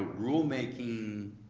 rulemaking